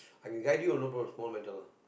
I can guide you no problem small matter lah